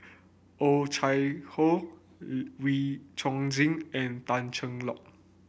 Oh Chai Hoo Wee Chong Jin and Tan Cheng Lock